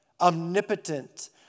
omnipotent